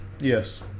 Yes